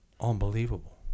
Unbelievable